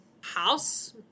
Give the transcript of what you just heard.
house